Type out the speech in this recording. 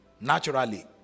naturally